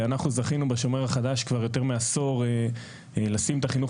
ואנחנו זכינו בשומר החדש כבר יותר מעשור לשים את החינוך